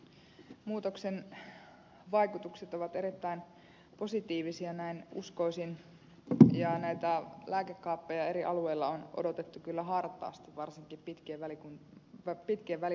muutoksen vaikutukset ovat erittäin positiivisia näin uskoisin ja näitä lääkekaappeja eri alueilla on odotettu kyllä hartaasti varsinkin pitkien välimatkojen maakunnissa